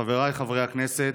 חבריי חברי הכנסת,